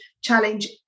challenge